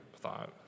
thought